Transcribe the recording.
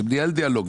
בלי דיאלוג,